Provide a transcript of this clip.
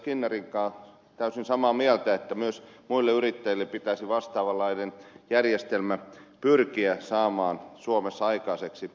skinnarin kanssa täysin samaa mieltä että myös muille yrittäjille pitäisi vastaavanlainen järjestelmä pyrkiä saamaan suomessa aikaiseksi